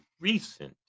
recent